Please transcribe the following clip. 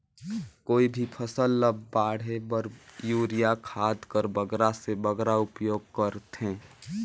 कोई भी फसल ल बाढ़े बर युरिया खाद कर बगरा से बगरा उपयोग कर थें?